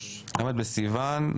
ל' בסיון,